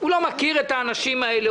הוא לא מכיר את האנשים האלה,